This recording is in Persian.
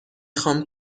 خوام